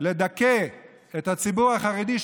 לדכא את הציבור החרדי,